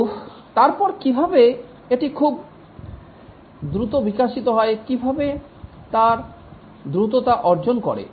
কিন্তু তারপর কিভাবে এটি খুব দ্রুত বিকশিত হয় কিভাবে তার দ্রুততা অর্জন করে